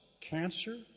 cancer